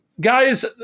Guys